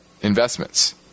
investments